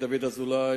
דוד אזולאי,